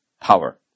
power